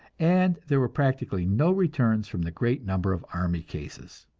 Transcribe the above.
and there were practically no returns from the great number of army cases.